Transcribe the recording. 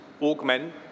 augment